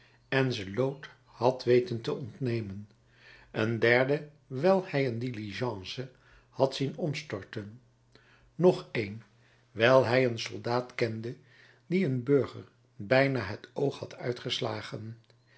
en ze lood had weten te ontnemen een derde wijl hij een diligence had zien omstorten nog een wijl hij een soldaat kende dien een burger bijna het oog had uitgeslagen